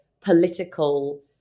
political